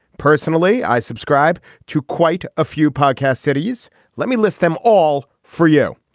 personally i subscribe to quite a few podcasts cities let me list them all for you.